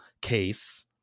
case